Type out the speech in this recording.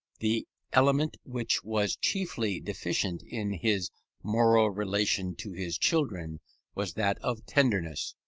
the element which was chiefly deficient in his moral relation to his children was that of tenderness.